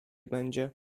będzie